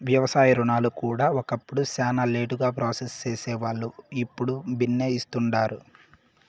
వ్యవసాయ రుణాలు కూడా ఒకప్పుడు శానా లేటుగా ప్రాసెస్ సేసేవాల్లు, ఇప్పుడు బిన్నే ఇస్తుండారు